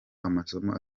amasomo